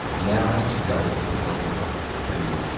and now he's out there canvassing for you.